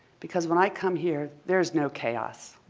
because when i come here, there's no chaos.